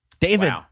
David